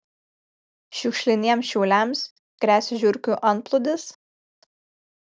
šiukšliniems šiauliams gresia žiurkių antplūdis